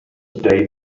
day